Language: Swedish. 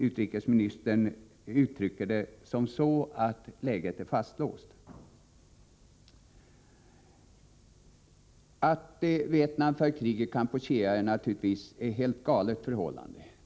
Utrikesministern uttryckte saken så, att läget är fastlåst. Att Vietnam för krig i Kampuchea är naturligtvis ett helt galet förhållande.